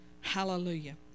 Hallelujah